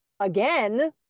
Again